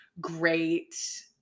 great